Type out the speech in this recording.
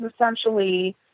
essentially